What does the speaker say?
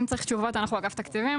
אם צריך תשובות אנחנו אגף תקציבים,